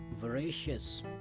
voracious